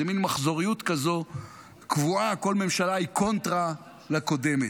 זו מין מחזוריות כזו קבועה: כל ממשלה היא קונטרה לקודמת.